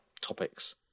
topics